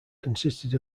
consisted